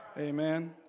Amen